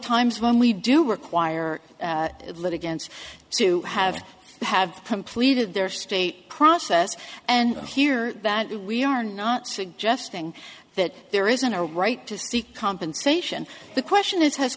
times when we do require lit against to have have completed their state process and here we are not suggesting that there isn't a right to seek compensation the question is has